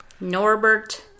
Norbert